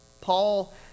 Paul